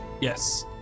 Yes